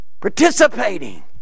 Participating